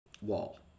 wall